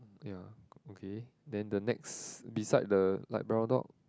ya okay then the next beside the light brown dog